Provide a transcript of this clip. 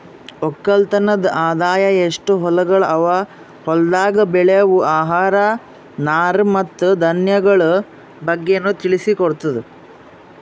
ಒಕ್ಕಲತನದ್ ಆದಾಯ, ಎಸ್ಟು ಹೊಲಗೊಳ್ ಅವಾ, ಹೊಲ್ದಾಗ್ ಬೆಳೆವು ಆಹಾರ, ನಾರು ಮತ್ತ ಧಾನ್ಯಗೊಳ್ ಬಗ್ಗೆನು ತಿಳಿಸಿ ಕೊಡ್ತುದ್